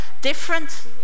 different